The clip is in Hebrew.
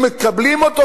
אם מקבלים אותו,